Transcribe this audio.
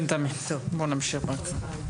כן, תמי, בואו נמשיך בהקראה.